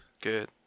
good